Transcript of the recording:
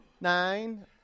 Nine